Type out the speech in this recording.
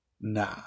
nah